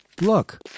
Look